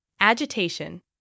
agitation